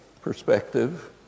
perspective